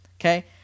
okay